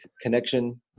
connection